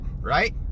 Right